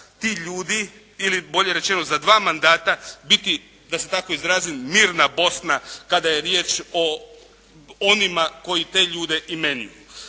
ti ljudi, ili bolje rečeno, za dva mandata biti, da se tako izrazim, mirna Bosna, kada je riječ o onima koji te ljude imenuju.